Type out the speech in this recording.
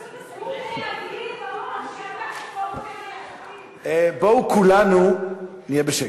מדהים, בואו כולנו נהיה בשקט.